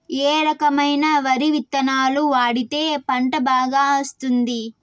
ఏ రకమైన వరి విత్తనాలు వాడితే పంట బాగా వస్తుంది?